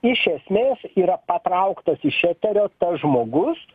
iš esmės yra patrauktas iš eterio tas žmogus